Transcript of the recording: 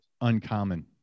uncommon